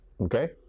Okay